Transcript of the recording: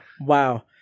wow